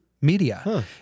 media